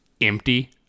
empty